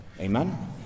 Amen